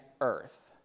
earth